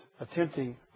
attempting